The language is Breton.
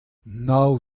nav